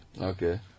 okay